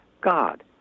God